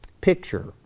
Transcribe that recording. picture